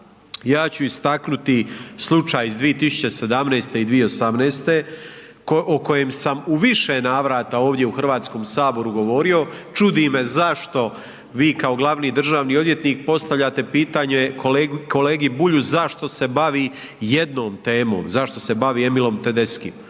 Ja ću istaknuti slučaj iz 2017. i 2018. o kojem sam u više navrata ovdje u Hrvatskom saboru govorio, čudi me zašto vi kao glavni državni odvjetnik postavljate pitanje kolegi Bulju zašto se bavi jednom temom, zašto se bavi Emilom Tedeschkim?